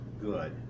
good